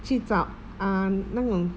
去找 um 那种